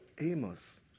Amos